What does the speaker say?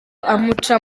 amuca